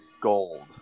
gold